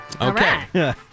Okay